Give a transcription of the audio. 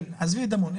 עזבי דמון.